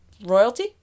Royalty